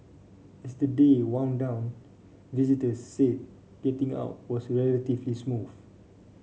as the day wound down visitors say getting out was relatively smooth